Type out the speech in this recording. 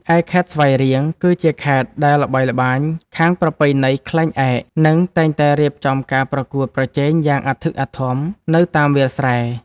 ឯខេត្តស្វាយរៀង គឺជាខេត្តដែលល្បីល្បាញខាងប្រពៃណីខ្លែងឯក និងតែងតែរៀបចំការប្រកួតប្រជែងយ៉ាងអធិកអធមនៅតាមវាលស្រែ។